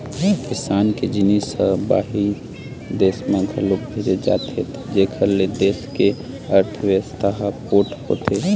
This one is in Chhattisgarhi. किसान के जिनिस ह बाहिर देस म घलोक भेजे जाथे जेखर ले देस के अर्थबेवस्था ह पोठ होथे